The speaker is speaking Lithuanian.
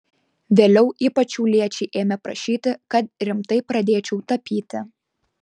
vėliau ypač šiauliečiai ėmė prašyti kad rimtai pradėčiau tapyti